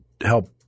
help